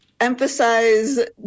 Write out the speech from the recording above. emphasize